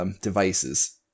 devices